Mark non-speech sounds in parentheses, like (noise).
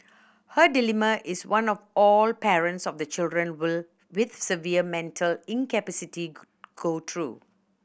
her dilemma is one of all parents of children (unintelligible) with severe mental incapacity go through